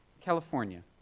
California